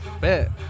bet